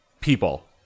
people